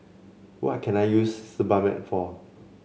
what can I use Sebamed for